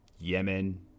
yemen